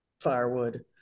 firewood